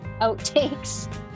outtakes